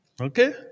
Okay